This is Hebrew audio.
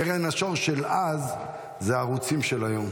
קרן השור של אז זה הערוצים של היום.